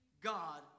God